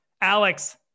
Alex